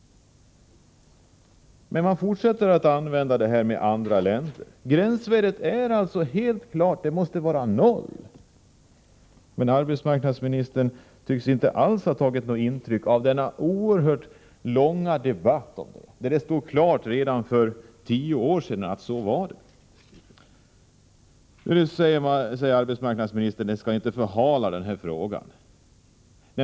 Men man fortsätter att jämföra Sveriges gränsvärden med andra länders. Men det är helt klart att värdet måste vara noll. Arbetsmarknadsministern tycks emellertid inte ha tagit något som helst intryck av den långa debatt som pågått om detta. Det stod ju klart redan för tio år sedan hur det förhöll sig. Arbetsmarknadsministern säger att man inte skall förhala frågan.